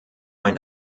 ein